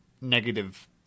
negative